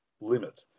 limit